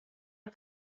are